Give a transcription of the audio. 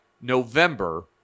November